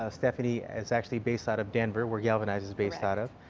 ah stephanie is actually based out of denver, where galvanize is based out of.